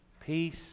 peace